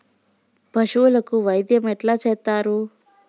పశువులకు వైద్యం ఎట్లా చేత్తరు?